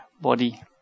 body